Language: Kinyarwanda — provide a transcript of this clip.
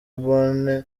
bonne